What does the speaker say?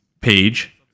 page